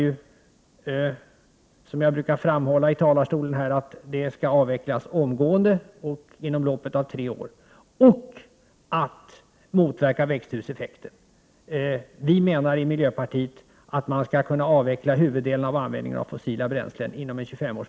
Jag menar, som jag brukar framhålla här i talarstolen, att en avveckling skall ske omgående — eller inom loppet av tre år. Dessutom måste växthuseffekten motverkas. Vi i miljöpartiet menar att det går att inom en 25-årsperiod komma bort från huvuddelen av de fossila bränslen som används.